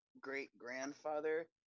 great-grandfather